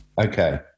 okay